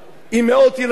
עם מאות ילדים,